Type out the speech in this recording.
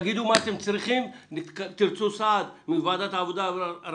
לגבי פעוטות יהיו שתי מגבלות לשיקול הדעת כאשר האחד